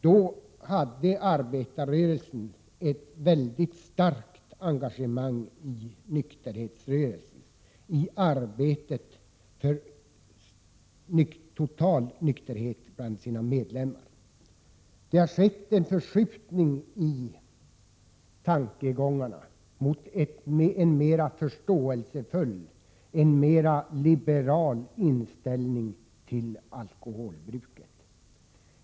Då hade arbetarrörelsen ett mycket starkt engagemang i nykterhetsrörelsen i arbetet för total nykterhet bland sina medlemmar. Det har skett en förskjutning i tankegångarna mot en mera förståelsefull, en mera liberal inställning till alkoholbruket.